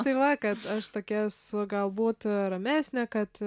tai va kad aš tokia esu galbūt ramesnė kad